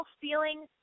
feeling